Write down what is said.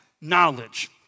knowledge